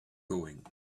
going